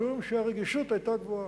משום שהרגישות היתה גבוהה.